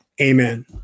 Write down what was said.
Amen